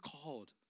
called